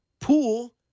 pool